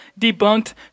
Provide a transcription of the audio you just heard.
debunked